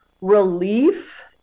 relief